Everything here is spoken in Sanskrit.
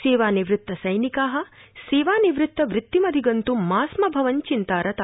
सेवानिवृत्त सैनिका सेवानिवृत्त वृत्तिमधिगन्त् मा स्म भवन् चिन्तारता